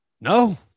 No